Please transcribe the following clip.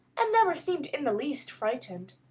and never seemed in the least frightened.